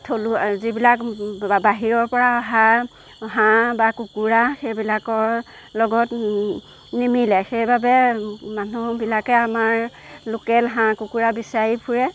থলো যিবিলাক বাহিৰৰ পৰা অহা হাঁহ বা কুকুৰা সেইবিলাকৰ লগত নিমিলে সেইবাবে মানুহবিলাকে আমাৰ লোকেল হাঁহ কুকুৰা বিচাৰি ফুৰে